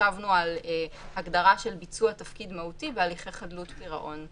חשבנו על הגדרה של ביצוע תפקיד מהותי והליכי חדלות פירעון.